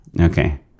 Okay